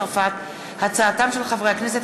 בהצעתם של חברי הכנסת